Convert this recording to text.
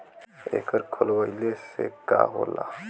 एकर खोलवाइले से का होला?